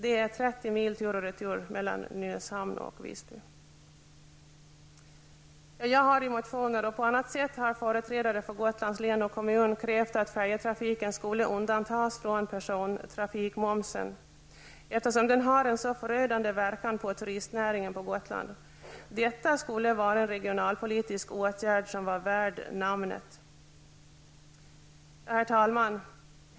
Det är 30 mil tur och retur mellan Nynäshamn och Visby. Jag har i motioner krävt att färjetrafiken skulle undantas från persontrafikmomsen, eftersom den har en så förödande verkan på turistnäringen på Gotland. Detta har även företrädare för Gotlands län och kommun krävt på annat sätt. Detta skulle vara en regionalpolitisk åtgärd värt namnet. Herr talman!